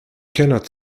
cannot